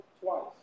twice